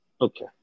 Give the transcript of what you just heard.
Okay